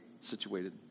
situated